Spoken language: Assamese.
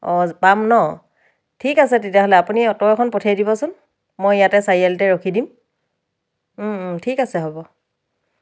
অঁ পাম ন ঠিক আছে তেতিয়াহ'লে আপুনি অ'টো এখন পঠিয়াই দিবচোন মই ইয়াতে চাৰিআলিতে ৰখি দিম ঠিক আছে হ'ব